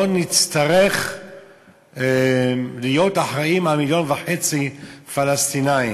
נצטרך להיות אחראים למיליון וחצי פלסטינים.